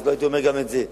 אז לא הייתי אומר גם את זה,